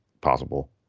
possible